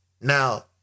Now